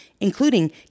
including